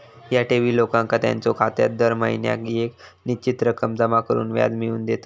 ह्या ठेवी लोकांका त्यांच्यो खात्यात दर महिन्याक येक निश्चित रक्कम जमा करून व्याज मिळवून देतत